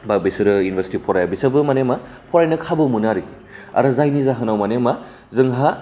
बा बिसोरो इउनिभारसिटि फराया बिसोरबो माने मा फरायनो खाबु मोनो आरखि आरो जायनि जाहोनाव माने मा जोंहा